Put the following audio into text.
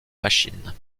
machine